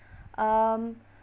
um